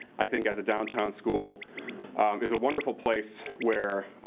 i think, as a downtown school is a wonderful place, where